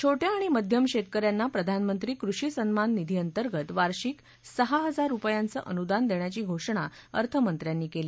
छोट्या आणि मध्यम शेतक यांना प्रधानमंत्री कृषी सन्मान निधीअंतर्गत वार्षिक सहा हजार रुपयांचं अनुदान देण्याची घोषणा अर्थमंत्र्यांनी केली